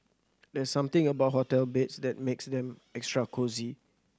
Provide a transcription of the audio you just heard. there's something about hotel beds that makes them extra cosy